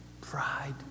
Pride